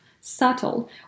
subtle